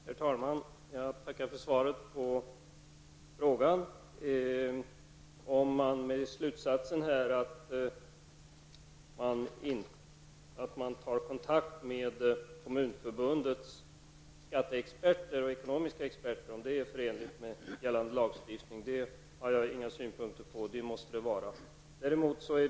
Herr talman! Jag tackar för svaret på frågan. Jag har inga synpunkter på om det är förenligt med gällande lagstiftning att kunna ta kontakt med Kommunförbundets skatte och ekonomiska experter.